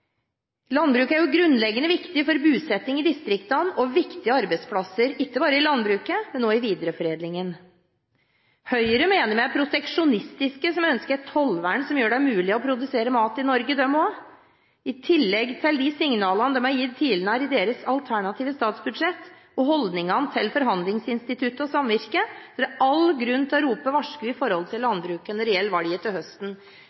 landbruket. Landbruket er grunnleggende viktig for bosetting i distriktene, og viktig for arbeidsplasser, ikke bare i landbruket, men også i videreforedlingen. Høyre mener også at vi er proteksjonistiske som ønsker et tollvern som gjør det mulig å produsere mat i Norge. I tillegg til de signalene de tidligere har gitt i sitt alternative statsbudsjett, og holdningene til forhandlingsinstituttet og samvirket, er det all grunn til å rope varsko for landbruket når det gjelder valget til høsten.